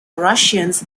russians